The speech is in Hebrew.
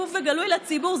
שקוף וגלוי לציבור,